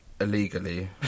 illegally